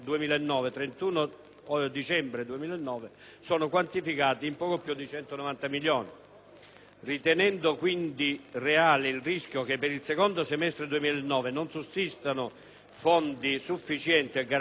dicembre 2009 sono quantificati in poco più di 190 milioni di euro. Ritenendo quindi reale il rischio che, per il secondo semestre 2009, non sussistano fondi sufficienti a garantire la proroga delle